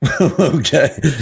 okay